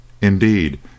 Indeed